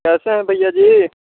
कैसे हैं भैया जी